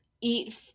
eat